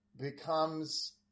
becomes